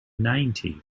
ninety